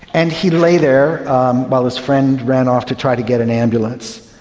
and he lay there while his friend ran off to try to get an ambulance,